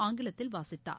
ஆங்கிலத்தில் வாசித்தார்